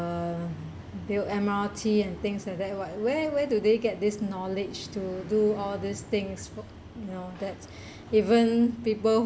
build M_R_T and things like that what where where do they get this knowledge to do all these things you know that even people